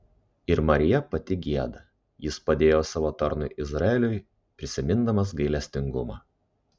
ir marija pati gieda jis padėjo savo tarnui izraeliui prisimindamas gailestingumą